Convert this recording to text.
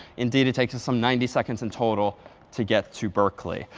indeed, it takes some ninety seconds in total to get to berkeley.